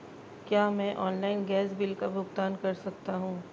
क्या मैं online gas bill का भुगतान कर सकता हूँ?